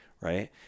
right